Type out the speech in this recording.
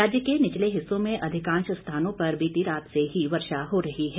राज्य के निचले हिस्सों में अधिकांश स्थानों पर बीती रात से ही वर्षा हो रही है